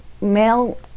male